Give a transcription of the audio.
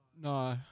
No